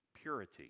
Purity